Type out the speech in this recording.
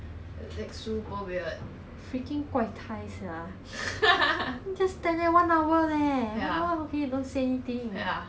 damn